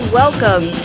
welcome